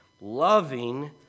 loving